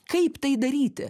kaip tai daryti